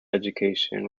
education